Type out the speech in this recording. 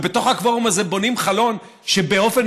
ובתוך הקוורום הזה בונים חלון שבאופן